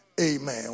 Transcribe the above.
amen